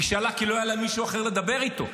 היא שאלה כי לא היה לה מישהו אחר לדבר איתו.